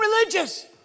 religious